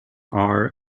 are